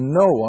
no